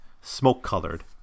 smoke-colored